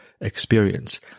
experience